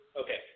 Okay